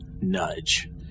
nudge